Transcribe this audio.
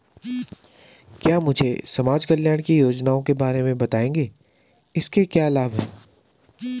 क्या मुझे समाज कल्याण की योजनाओं के बारे में बताएँगे इसके क्या लाभ हैं?